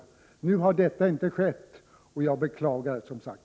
Nu har detta inte skett, och det beklagar jag, som sagt.